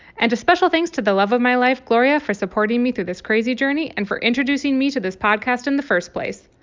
and a special thanks to the love of my life gloria for supporting me through this crazy journey and for introducing me to this podcast in the first place.